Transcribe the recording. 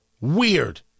weird